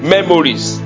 Memories